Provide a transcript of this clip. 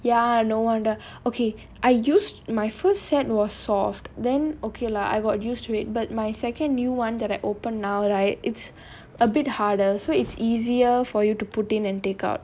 ya no wonder okay I used my first set was soft then okay lah I got used to it but my second new [one] that I open now right it's a bit harder so it's easier for you to put in and take out